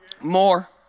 More